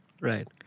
Right